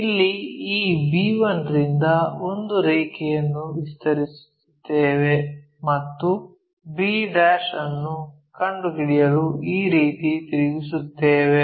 ಇಲ್ಲಿ ಈ b1 ರಿಂದ ಒಂದು ರೇಖೆಯನ್ನು ವಿಸ್ತರಿಸುತ್ತಿದ್ದೇವೆ ಮತ್ತು b' ಅನ್ನು ಕಂಡುಹಿಡಿಯಲು ಈ ರೀತಿಯಲ್ಲಿ ತಿರುಗಿಸುತ್ತೇವೆ